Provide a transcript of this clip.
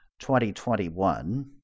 2021